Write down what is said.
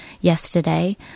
yesterday